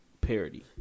parody